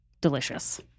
delicious